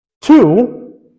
Two